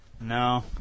no